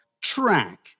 track